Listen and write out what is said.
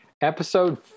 Episode